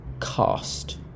cast